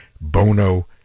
Bono